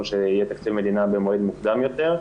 שיהיה תקציב מדינה במועד מוקדם יותר.